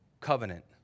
covenant